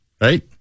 right